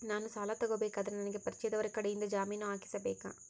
ನಾನು ಸಾಲ ತಗೋಬೇಕಾದರೆ ನನಗ ಪರಿಚಯದವರ ಕಡೆಯಿಂದ ಜಾಮೇನು ಹಾಕಿಸಬೇಕಾ?